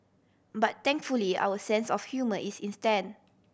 but thankfully our sense of humour is in stand